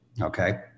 Okay